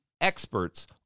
experts